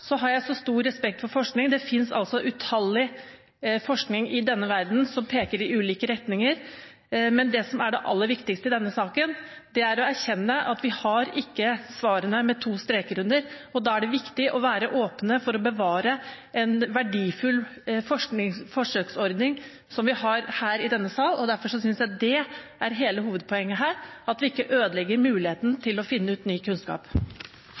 har jeg stor respekt for forskning. Det finnes utallige forskningsresultater i denne verden som peker i ulike retninger, men det som er det aller viktigste i denne saken, er å erkjenne at vi har ikke svarene med to streker under. Da er det viktig i denne sal å være åpne for å bevare en verdifull forsøksordning som vi har. Derfor synes jeg hele hovedpoenget her er at vi ikke ødelegger muligheten til å finne ny kunnskap.